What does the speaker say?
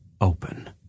open